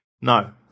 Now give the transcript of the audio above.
No